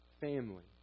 family